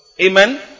amen